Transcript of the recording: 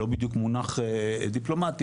לא בדיוק מונח דיפלומטי,